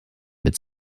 mit